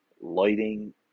lighting